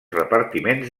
repartiments